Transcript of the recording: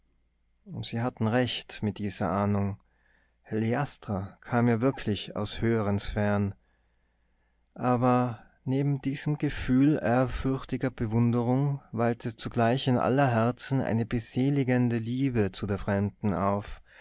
sie hatten recht mit dieser ahnung heliastra kam ja wirklich aus höheren sphären aber neben diesem gefühl ehrfürchtiger bewunderung wallte zugleich in aller herzen eine beseligende liebe zu der fremden auf